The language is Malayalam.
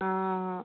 ആ ആ